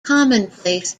commonplace